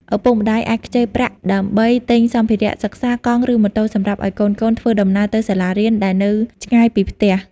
ឪពុកម្ដាយអាចខ្ចីប្រាក់ដើម្បីទិញសម្ភារៈសិក្សា កង់ ឬម៉ូតូ សម្រាប់ឱ្យកូនៗធ្វើដំណើរទៅសាលារៀនដែលនៅឆ្ងាយពីផ្ទះ។